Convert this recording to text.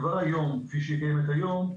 כפי שהיא קיימת היום,